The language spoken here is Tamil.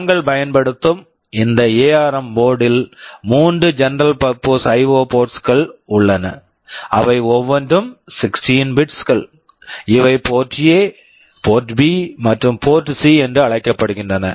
நாங்கள் பயன்படுத்தும் இந்த எஆர்எம் ARM போர்ட்டு board ல் மூன்று general purpose IO general purpose IO ports ports கள் உள்ளன அவை ஒவ்வொன்றும் 16 பிட்ஸ் bits கள் இவை port A port A port B port B மற்றும் போர்ட் சி port C என்று அழைக்கப்படுகின்றன